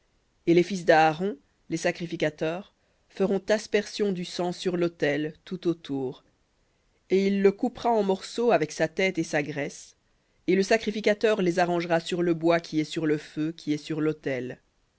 et les fils d'aaron les sacrificateurs feront aspersion du sang sur l'autel tout autour et il le coupera en morceaux avec sa tête et sa graisse et le sacrificateur les arrangera sur le bois qui est sur le feu qui est sur l'autel